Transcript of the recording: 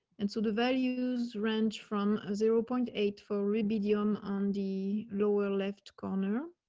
and so the values range from zero point eight four rubidium on the lower left corner,